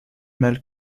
mal